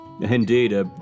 Indeed